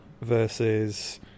versus